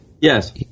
Yes